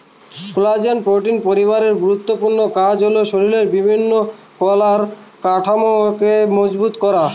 collagen protein পরিবারের গুরুত্বপূর্ণ কাজ হল শরীরের বিভিন্ন কলার কাঠামোকে মজবুত করা